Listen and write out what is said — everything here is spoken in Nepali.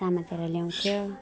समातेर ल्याउँथ्यो